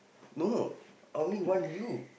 no I only want you